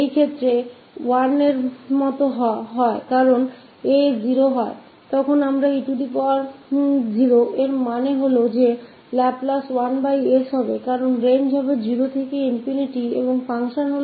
क्युकी जब a 0 है तो हमारे पास है e0 मतलब लाप्लास होगा 1s क्युकी सीमा है 0 से ∞ फंशन है 1